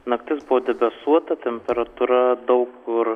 naktis buvo debesuota temperatūra daug kur